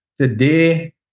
Today